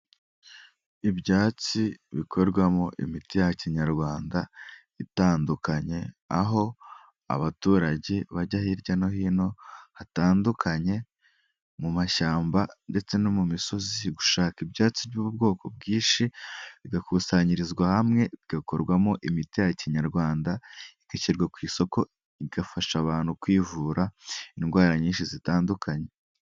Ibyatsi bikorwamo imiti ya kinyarwanda itandukanye aho abaturage bajya hirya no hino hatandukanye, mu mashyamba ndetse no mu misozi gushaka ibyatsi by'ubwoko bwinshi, bigakusanyirizwa hamwe bigakorwamo imiti ya kinyarwanda, igashyirwa ku isoko igafasha abantu kwivura indwara nyinshi zitandukanye.